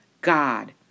God